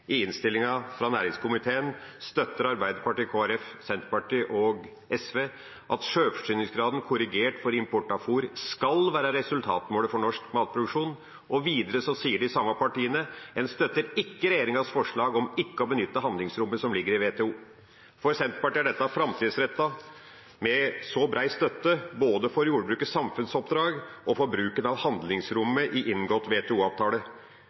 i innstillinga fra næringskomiteen Arbeiderpartiet, Kristelig Folkeparti, Senterpartiet og SV at sjølforsyningsgraden korrigert for import av fôr skal være resultatmålet for norsk matproduksjon. Videre sier de samme partiene at de «støtter ikke regjeringens forslag om ikke å benytte handlingsrommet som ligger i WTO». For Senterpartiet er dette framtidsrettet med så bred støtte både for jordbrukets samfunnsoppdrag og for bruken av